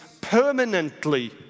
permanently